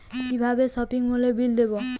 কিভাবে সপিং মলের বিল দেবো?